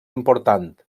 important